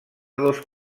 dos